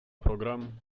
program